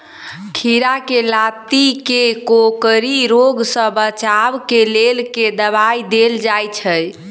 खीरा केँ लाती केँ कोकरी रोग सऽ बचाब केँ लेल केँ दवाई देल जाय छैय?